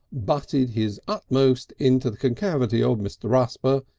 butted his utmost into the concavity of mr. rusper,